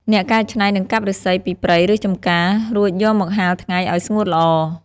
អ្នកកែច្នៃនឹងកាប់ឫស្សីពីព្រៃ ឬចម្ការ រួចយកមកហាលថ្ងៃឲ្យស្ងួតល្អ។